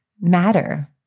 matter